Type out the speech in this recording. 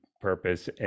purpose